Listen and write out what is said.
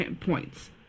points